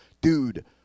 Dude